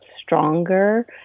stronger